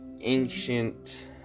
ancient